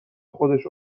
خودش